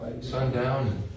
sundown